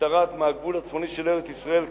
ומשתרעת מהגבול הצפוני של ארץ-ישראל,